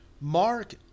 Mark